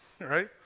right